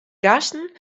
gasten